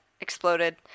exploded